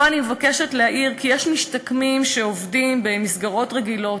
פה אני מבקשת להעיר כי יש משתקמים שעובדים במסגרות רגילות,